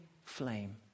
Flame